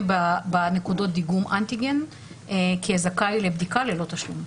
בנקודות דיגום אנטיגן כזכאי לבדיקה ללא תשלום.